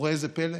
וראה זה פלא: